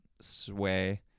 sway